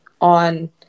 on